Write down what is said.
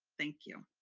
thank you.